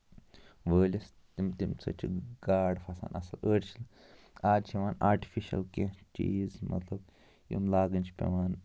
وٲلِس تَمہِ تَمہِ سۭتۍ چھِ گاڈ پھسان اَصٕل أڑۍ چھِ آز چھِ یِوان آرٹِفِشَل کیٚنہہ چیٖز مطلب یِم لاگٕنۍ چھ پٮ۪وان